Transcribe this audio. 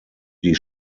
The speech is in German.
die